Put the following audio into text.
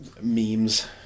Memes